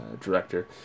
director